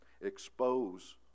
Expose